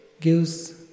gives